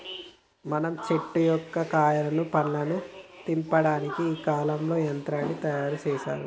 మనం చెట్టు యొక్క కాయలను పండ్లను తెంపటానికి ఈ కాలంలో యంత్రాన్ని తయారు సేసారు